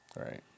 Right